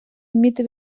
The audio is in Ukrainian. вміти